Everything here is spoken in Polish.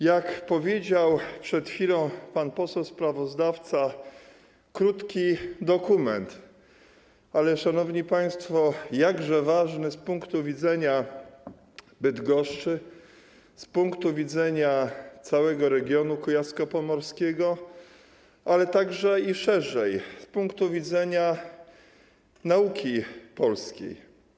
Jak powiedział przed chwilą pan poseł sprawozdawca, to krótki dokument, ale szanowni państwo, jakże ważny z punktu widzenia Bydgoszczy, z punktu widzenia całego regionu kujawsko-pomorskiego, ale także i szerzej, z punktu widzenia nauki polskiej.